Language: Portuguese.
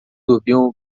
dormiu